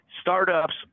startups